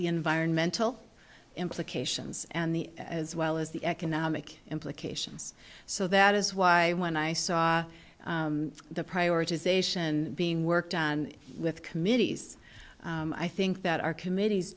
the environmental implications and the as well as the economic implications so that is why when i saw the prioritization being worked on with committees i think that our committees